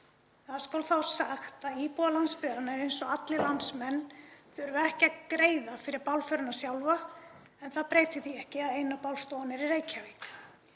Það skal þó sagt að íbúar landsbyggðarinnar, eins og allir landsmenn, þurfa ekki að greiða fyrir bálförina sjálfa en það breytir því ekki að eina bálstofan er í Reykjavík